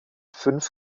fünf